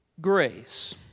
grace